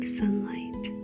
sunlight